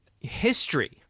history